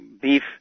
beef